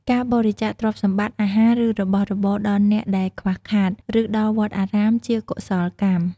ការបរិច្ចាគទ្រព្យសម្បត្តិ អាហារ ឬរបស់របរដល់អ្នកដែលខ្វះខាត ឬដល់វត្តអារាម ជាកុសលកម្ម។